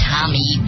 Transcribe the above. Tommy